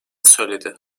söyledi